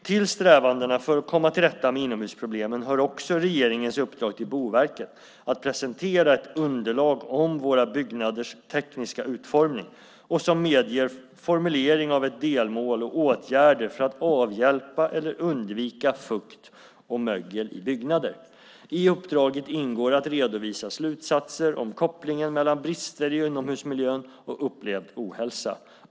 Till strävandena för att komma till rätta med inomhusmiljöproblemen hör också regeringens uppdrag till Boverket att presentera ett underlag om våra byggnaders tekniska utformning och som medger formulering av ett delmål och åtgärder för att avhjälpa eller undvika fukt och mögel i byggnader. I uppdraget ingår att redovisa slutsatser om kopplingen mellan brister i inomhusmiljön och upplevd ohälsa.